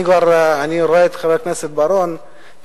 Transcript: אני רואה את חבר הכנסת בר-און,